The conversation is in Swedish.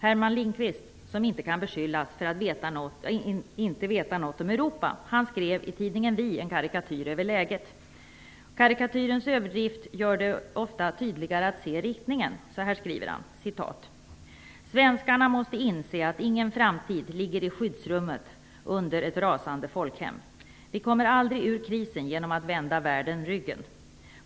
Herman Lindqvist, som inte kan beskyllas för att inte veta något om Europa, skrev i tidningen Vi en karikatyr över läget. Karikatyrens överdrift gör det ofta tydligare att se riktningen. Så här skriver Herman Lindqvist: "Svenskarna måste inse att ingen framtid ligger i skyddsrummet under ett rasande folkhem. Vi kommer aldrig ur krisen genom att vända världen ryggen.